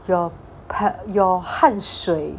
your 汗 your 汗水